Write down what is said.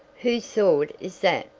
whose sword is that,